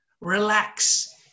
Relax